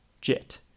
jet